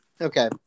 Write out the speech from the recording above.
Okay